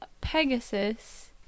Pegasus